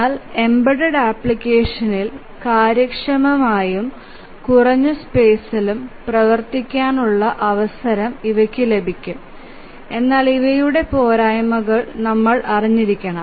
എന്നാൽ എംബെഡ്ഡ്ഡ് ആപ്ലിക്കേഷനിൽ കാര്യക്ഷമമായും കുറഞ്ഞ സ്പേസിലും പ്രവർത്തിക്കാനുള്ള അവസരം ഇവയ്ക്ക് ലഭിക്കും എന്നാൽ ഇവയുടെ പോരായ്മകൾ നമ്മൾ അറിഞ്ഞിരിക്കണം